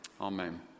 amen